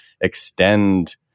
extend